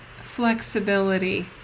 flexibility